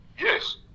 Yes